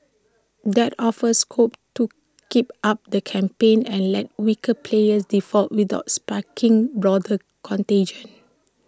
that offers scope to keep up the campaign and let weaker players default without sparking broader contagion